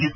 S